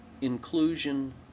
inclusion